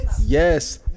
Yes